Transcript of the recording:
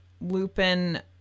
Lupin